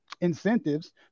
incentives